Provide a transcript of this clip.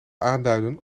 aanduiden